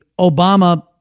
Obama